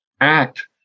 act